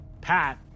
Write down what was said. pat